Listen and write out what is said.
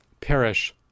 perish